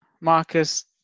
marcus